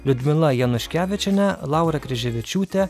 liudmila januškevičienė laura kryževičiūtė